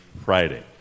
Friday